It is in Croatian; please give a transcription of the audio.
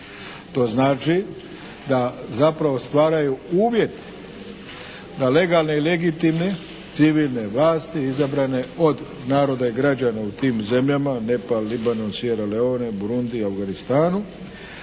To znači, da zapravo stvaraju uvjet na legalne i legitimne civilne vlasti izabrane od naroda i građana u tim zemljama Nepal, Libanon, Siera Leone, Burundija i Afganistanu,